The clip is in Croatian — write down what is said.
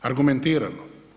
Argumentirano.